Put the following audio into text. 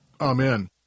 Amen